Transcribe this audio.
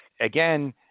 Again